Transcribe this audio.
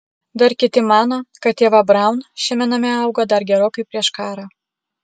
dar kiti mano kad ieva braun šiame name augo dar gerokai prieš karą